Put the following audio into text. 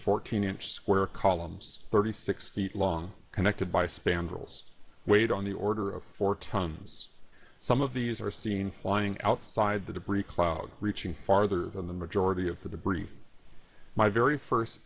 fourteen inch square columns thirty six feet long connected by spandrels weight on the order of four tons some of these are seen flying outside the debris cloud reaching farther in the majority of the debris my very first